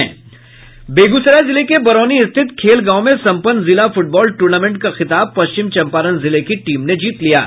बेगूसराय जिले के बरौनी स्थित खेल गांव में संपन्न जिला फुटबॉल टूर्नामेंट का खिताब पश्चिम चंपारण जिले की टीम ने जीत लिया है